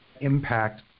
impact